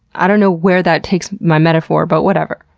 i don't know where that takes my metaphor, but whatever.